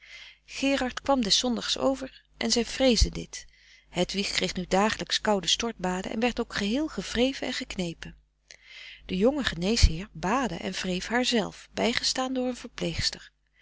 gerard kwam des zondags over en zij vreesde dit hedwig kreeg nu dagelijks koude stortbaden en werd ook geheel gewreven en geknepen de jonge geneesheer baadde en wreef haar zelf bijgestaan door een verpleegster